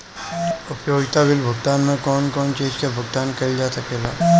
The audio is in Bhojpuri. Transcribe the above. उपयोगिता बिल भुगतान में कौन कौन चीज के भुगतान कइल जा सके ला?